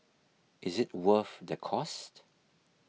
is it worth the cost